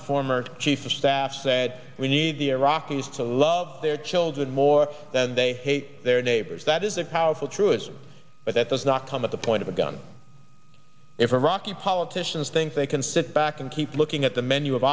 the former chief of staff said we need the iraqis to love their children more than they hate their neighbors that is a powerful truism but that does not come at the point of a gun if iraq is politicians think they can sit back and keep looking at the menu of